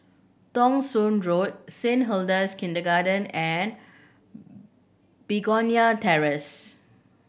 Thong Soon Saint Hilda's Kindergarten and Begonia Terrace